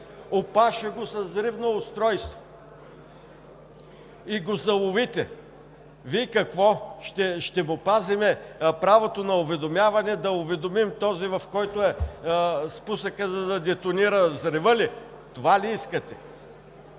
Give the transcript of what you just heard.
опаше го с взривно устройство и го заловите, Вие какво – ще му пазим правото на уведомяване, да уведомим този, в когото е спусъкът, за да детонира взрива ли? Това ли искате?